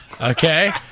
Okay